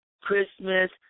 Christmas